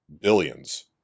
billions